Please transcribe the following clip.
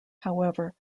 however